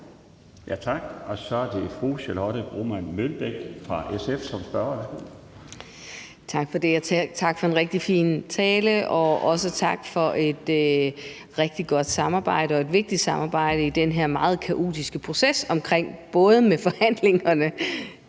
Tak for det. Og tak for en rigtig fin tale – og også tak for et rigtig godt samarbejde og et vigtigt samarbejde i den her meget kaotiske proces i forhold til både forhandlingerne,